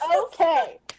Okay